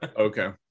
Okay